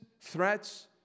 threats